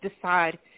decide